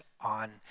on